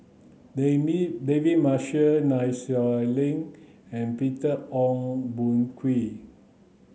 David Marshall Nai Swee Leng and Peter Ong Boon Kwee